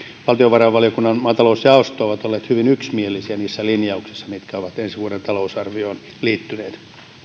valtiovarainvaliokunnan maatalousjaosto ovat olleet hyvin yksimielisiä niissä linjauksissa mitkä ovat ensi vuoden talousarvioon liittyneet